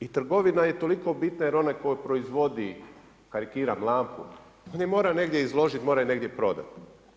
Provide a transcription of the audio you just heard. I trgovina je toliko bitna, jer onaj tko proizvodi karikiram lampu on je mora negdje izložiti, mora je negdje prodati.